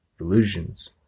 illusions